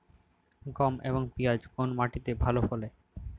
গম এবং পিয়াজ কোন মাটি তে ভালো ফলে?